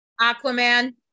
Aquaman